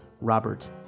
Robert